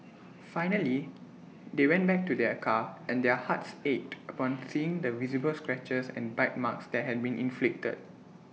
finally they went back to their car and their hearts ached upon seeing the visible scratches and bite marks that had been inflicted